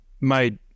made